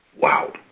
Wow